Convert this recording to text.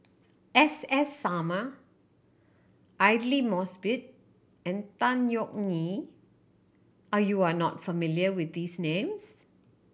S S Sarma Aidli Mosbit and Tan Yeok Nee are you are not familiar with these names